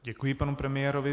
Děkuji panu premiérovi.